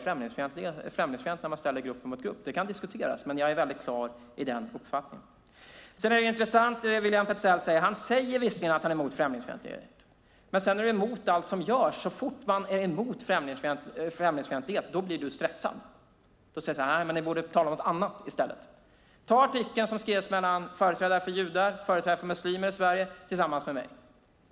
Jag tycker att det är främlingsfientligt när man ställer grupp mot grupp. Det kan diskuteras, men jag är mycket klar i den uppfattningen. Det som du säger, William Petzäll, är intressant. Du säger visserligen att du är emot främlingsfientlighet. Men sedan är du emot allt som görs. Så fort man är emot främlingsfientlighet blir du stressad. Då säger du: Ni borde tala om någonting annat i stället. Ta till exempel artikeln som skrevs av företrädare för judar och företrädare för muslimer i Sverige tillsammans med mig.